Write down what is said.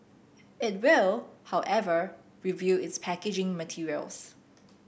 it will however review its packaging materials